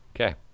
Okay